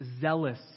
zealous